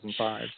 2005